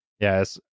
Yes